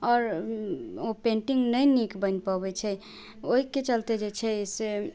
आओर पेन्टिंग नहि नीक बनि पबै छै ओहिके चलते जे छै से